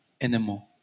anymore